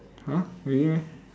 !huh! really meh